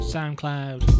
SoundCloud